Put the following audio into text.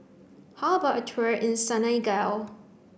how about a tour in Senegal